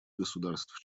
государств